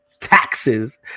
taxes